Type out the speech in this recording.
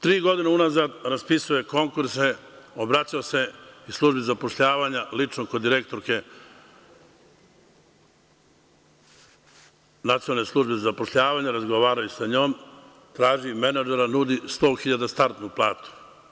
Tri godine unazad raspisuje konkurse, obraća se i službi zapošljavanja lično kod direktorke Nacionalne službe za zapošljavanje, razgovaraju sa njom, traži menadžera, nudi 100.000 startnu platu.